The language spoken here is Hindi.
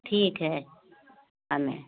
ठीक है हमें